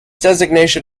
designation